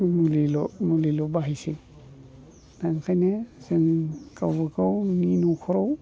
मुलिल' मुलिल' बाहायसै दा ओंखायनो जों गावबागावनि न'खराव